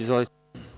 Izvolite.